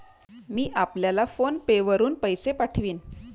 मी आपल्याला PhonePe वरुन पैसे पाठवीन